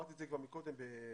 אמרתי את זה כבר מקודם בדבריי,